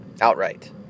outright